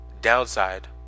downside